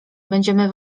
będziemy